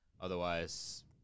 Otherwise